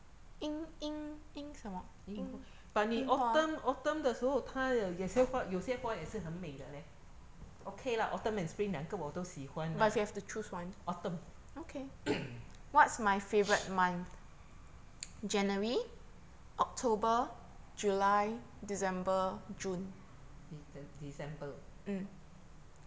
樱花 but 你 autumn autumn 的时候它有些花有些花也是很美的 leh okay lah autumn and spring 两个我都喜欢啦 autumn decem~ december